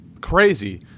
crazy